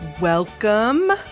Welcome